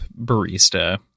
barista